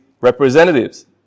representatives